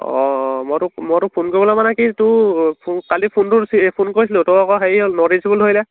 অঁ মই তোক মই তোক ফোন কৰিবলৈ মানে কি তোৰ কালি ফোনটো ফোন কৰিছিলোঁ তই আকৌ হেৰি হ'ল ন'ট ৰিচবুল ধৰিলে